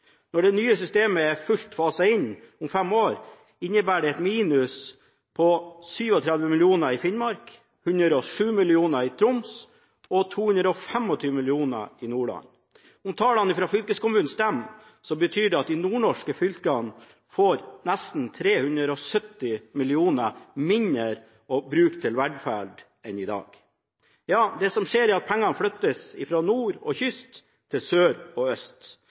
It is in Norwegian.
Når det nye systemet er fullt faset inn om fem år, innebærer det et minus på 37 mill. kr i Finnmark, 107 mill. kr i Troms og 225 mill. kr i Nordland. Om tallene fra fylkeskommunene stemmer, betyr det at de nordnorske fylkene får nesten 370 mill. kr mindre å bruke til velferd enn i dag. Det som skjer, er at pengene flyttes fra nord og kyst til sør og øst.